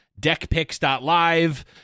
deckpicks.live